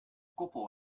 koppel